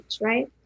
Right